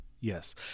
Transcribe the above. Yes